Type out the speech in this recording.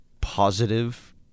positive